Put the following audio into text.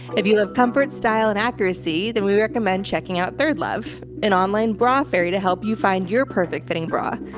if you love comfort, style and accuracy, then we recommend checking out third love, an online bra fairy to help you find your perfect fitting bra.